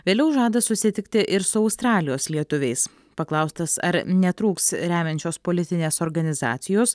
vėliau žada susitikti ir su australijos lietuviais paklaustas ar netrūks remiančios politinės organizacijos